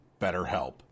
BetterHelp